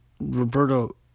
Roberto